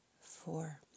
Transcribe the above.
four